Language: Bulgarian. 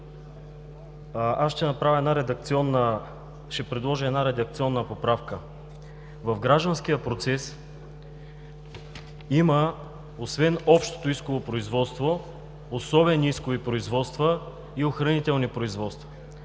Аз ще предложа една редакционна поправка. В Гражданския процес освен общото исково производство има особени искови производства и охранителни производства.